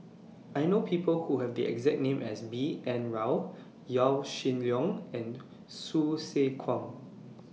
I know People Who Have The exact name as B N Rao Yaw Shin Leong and Hsu Tse Kwang